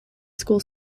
school